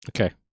Okay